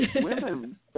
women